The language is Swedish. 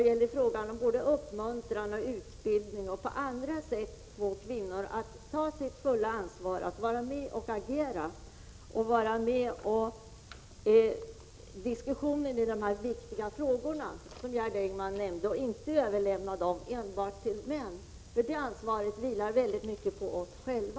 Det gäller att med uppmuntran, utbildning och på andra sätt få kvinnor att ta sitt fulla ansvar och vara med och agera, vara med i diskussionerna om dessa viktiga frågor och inte överlämna dem enbart till män. Det ansvaret vilar mycket på oss själva.